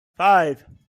five